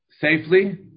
safely